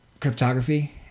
cryptography